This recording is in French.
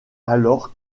alors